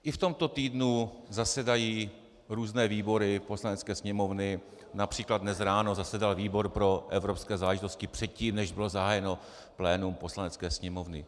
I v tomto týdnu zasedají různé výbory Poslanecké sněmovny, například dnes ráno zasedal výbor pro evropské záležitosti předtím, než bylo zahájeno plénum Poslanecké sněmovny.